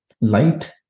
light